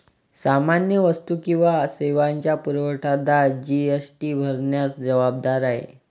सामान्य वस्तू किंवा सेवांचा पुरवठादार जी.एस.टी भरण्यास जबाबदार आहे